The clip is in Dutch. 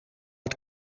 het